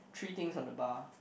three things on the bar